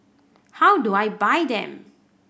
how do I buy them